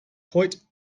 hoyt